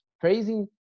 praising